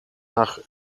nach